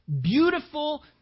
beautiful